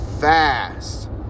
fast